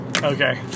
Okay